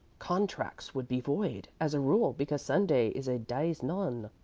contracts would be void, as a rule, because sunday is a dies non.